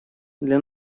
для